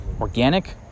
Organic